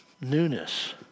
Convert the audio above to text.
newness